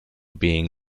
being